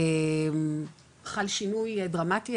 חל שינוי דרמטי,